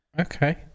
Okay